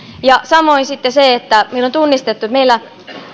samoin meillä on tunnistettu että meillä